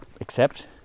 accept